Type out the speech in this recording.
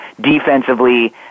defensively